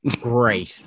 Great